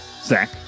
Zach